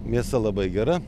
mėsa labai gera